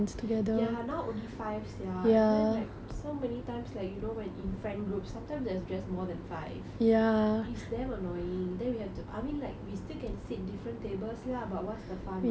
ya now only five sia and then like so many times like you know when in friend group sometimes there's just more than five ya it's damn annoying then we have to I mean like we still can sit different tables lah but what's the fun right